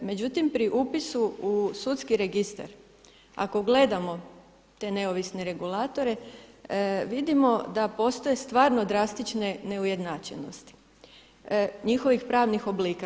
Međutim, pri upisu u sudski registar ako gledamo te neovisne regulatore vidimo da postoje stvarno drastične neujednačenosti njihovih pravnih oblika.